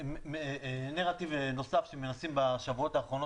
נרטיב נוסף שמנסים בשבועות האחרונים